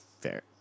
fair